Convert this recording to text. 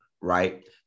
right